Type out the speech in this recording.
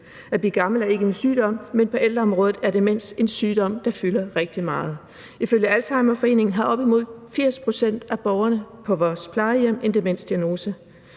At blive gammel er ikke en sygdom, men på ældreområdet er demens en sygdom, der fylder rigtig meget. Ifølge Alzheimerforeningen har op mod 80 pct. af borgerne på vores plejehjem en demensdiagnose.